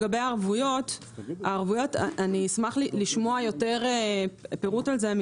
אני אשמח לשמוע יותר פירוט לגבי הערבויות.